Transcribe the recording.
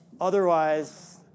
Otherwise